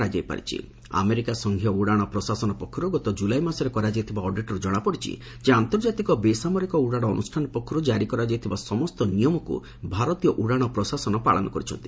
ମହାନିର୍ଦ୍ଦେଶାଳୟର ଅଧିକାରୀଙ୍କ ସୂତ୍ରରୁ ଜଣାପଡ଼ିଛି ଯେ ଆମେରିକା ସଂଘୀୟ ଉଡ଼ାଣ ପ୍ରଶାସନ ପକ୍ଷରୁ ଗତ ଜୁଲାଇ ମାସରେ କରାଯାଇଥିବା ଅଡିଟ୍ରୁ ଜଣାପଡ଼ିଛି ଯେ ଆନ୍ତର୍ଜାତିକ ବେସାମରିକ ଉଡ଼ାଣ ଅନୁଷ୍ଠାନ ପକ୍ଷରୁ ଜାରି କରାଯାଇଥିବା ସମସ୍ତ ନିୟମକୁ ଭାରତୀୟ ଉଡ଼ାଣ ପ୍ରଶାସନ ପାଳନ କରିଛନ୍ତି